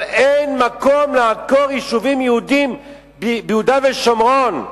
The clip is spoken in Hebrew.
אבל אין מקום לעקור יישובים יהודיים ביהודה ושומרון,